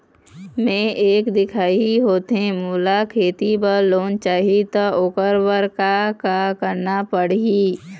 मैं एक दिखाही होथे मोला खेती बर लोन चाही त ओकर बर का का करना पड़ही?